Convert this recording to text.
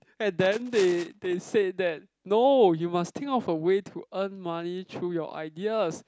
and then they they said that no you must think of a way to earn money through your ideas